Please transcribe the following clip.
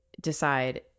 decide